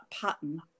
pattern